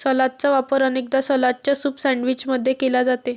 सलादचा वापर अनेकदा सलादच्या सूप सैंडविच मध्ये केला जाते